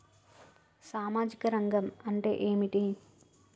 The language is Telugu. సామాజిక రంగం అంటే ఏమిటి?